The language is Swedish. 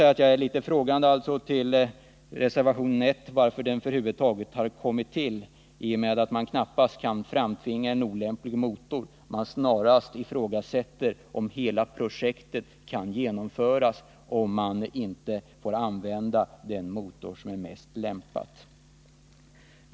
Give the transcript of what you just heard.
Jag ställer mig frågande till varför reservation 1 över huvud taget har avgivits, eftersom man knappast kan framtvinga en olämplig motor i det här sammanhanget. Vad det gäller är om projektet alls kan genomföras, om man inte får använda den motor som är mest lämpad.